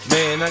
Man